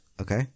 Okay